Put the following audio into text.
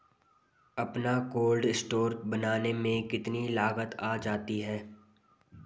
अपना cold store बनाने में कितनी लागत आ जाती है?